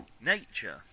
Nature